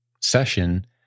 session